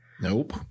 Nope